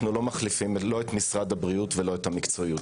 אנו לא מחליפים לא את משרד הבריאות וגם לא את המקצועיות